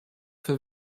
für